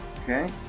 Okay